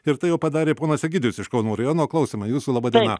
ir tai jau padarė ponas egidijus iš kauno rajono klausome jūsų laba diena